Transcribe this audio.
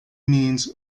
means